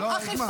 לא עוד.